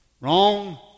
Wrong